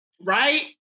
Right